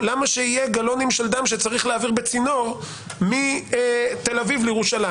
למה שיהיה גלונים של דם שצריך להעביר בצינור מתל אביב לירושלים?